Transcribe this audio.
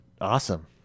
Awesome